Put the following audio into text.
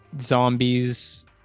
zombies